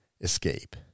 escape